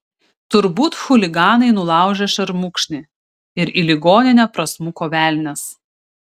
turbūt chuliganai nulaužė šermukšnį ir į ligoninę prasmuko velnias